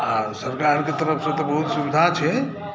आर सरकारके तरफ़सँ तऽ बहुत सुविधा छै